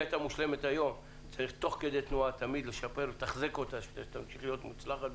צריך תמיד לתחזק אותה כדי שהיא תהיה מושלמת.